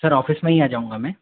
sir office में ही आ जाऊँगा मैं